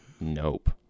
nope